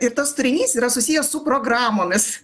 ir tas turinys yra susijęs su programomis